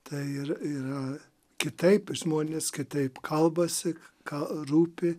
tai ir yra kitaip žmonės kitaip kalbasi ką rūpi